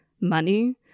money